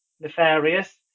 nefarious